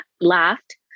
laughed